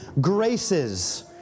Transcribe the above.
graces